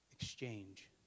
exchange